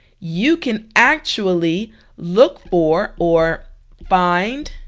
you can actually look for or find